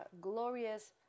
Glorious